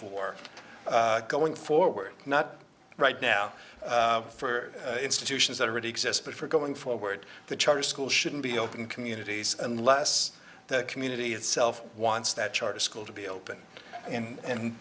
for going forward not right now for institutions that already exist but for going forward the charter school shouldn't be open communities unless the community itself wants that charter school to be open and